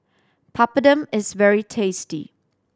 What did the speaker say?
Papadum is very tasty